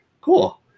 Cool